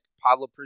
Pablo